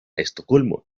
estocolmo